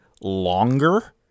longer